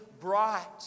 bright